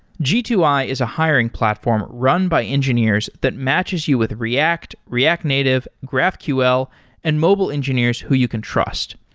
g two i is a hiring platform run by engineers that matches you with react, react native, graphql and mobile engineers who you can trust.